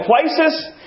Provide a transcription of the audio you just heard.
places